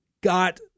got